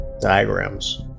diagrams